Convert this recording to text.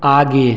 आगे